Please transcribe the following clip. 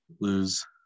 lose